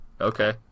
Okay